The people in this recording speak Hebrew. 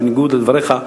בניגוד לדבריך,